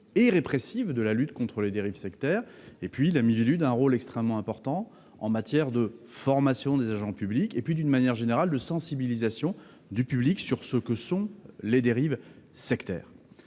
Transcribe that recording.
et répressive de la lutte contre les dérives sectaires ; enfin, la Miviludes joue un rôle extrêmement important en matière de formation des agents publics, et d'une manière générale, de sensibilisation du public sur ce que sont les dérives sectaires.